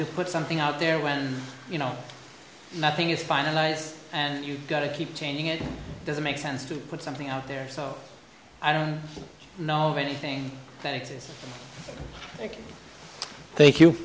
to put something out there when you know nothing is finalized and you've got to keep changing it doesn't make sense to put something out there so i don't know of anything that exists thank you